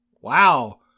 Wow